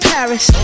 Paris